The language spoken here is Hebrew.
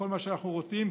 בכל מה שאנחנו רוצים,